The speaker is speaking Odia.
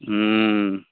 ହୁଁ